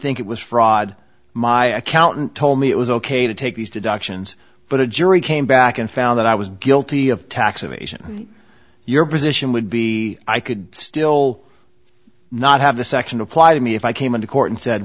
think it was fraud my accountant told me it was ok to take these deductions but a jury came back and found that i was guilty of tax evasion and your position would be i could still not have the section applied to me if i came into court and said